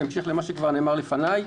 בהמשך למה שכבר נאמר לפניי,